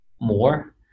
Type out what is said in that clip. more